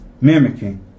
Mimicking